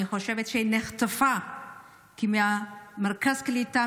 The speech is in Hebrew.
אני חושבת שהיא נחטפה ממרכז הקליטה,